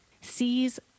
sees